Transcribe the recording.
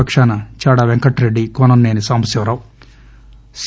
పకాన చాడా పెంకటరెడ్డి కోనంసేని సాంబశివరావు సి